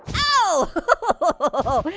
oh,